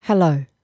Hello